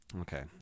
Okay